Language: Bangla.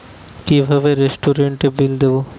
কিভাবে রেস্টুরেন্টের বিল দেবো?